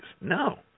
No